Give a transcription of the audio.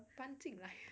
搬进来